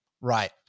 Right